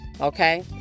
okay